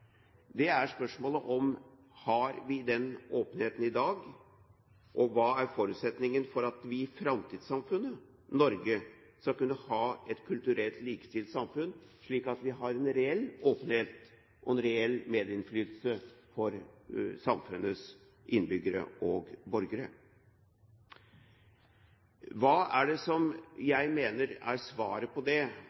er spørsmålet: Har vi den åpenheten i dag? Hva er forutsetningen for at vi i framtidssamfunnet Norge skal kunne ha et kulturelt likestilt samfunn, slik at vi har en reell åpenhet og en reell medinnflytelse for samfunnets innbyggere/borgere? Hva er det jeg mener er svaret på det?